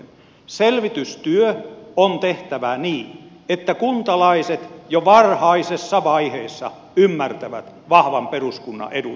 selvitystyö on tehtävä niin että kuntalaiset jo varhaisessa vaiheessa ymmärtävät vahvan peruskunnan edut